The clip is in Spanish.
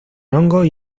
hongos